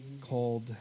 called